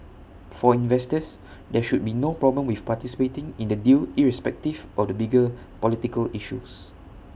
for investors there should be no problem with participating in the deal irrespective of the bigger political issues